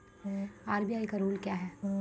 RBI का rule क्या हैं?